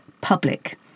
public